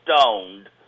stoned